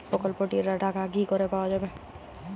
প্রকল্পটি র টাকা কি করে পাওয়া যাবে?